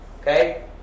Okay